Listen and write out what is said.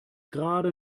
gerade